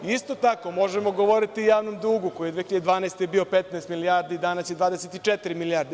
Isto tako možemo govoriti o javnom dugu koji je 2012. godine bio 15 milijardi, danas je 24 milijarde.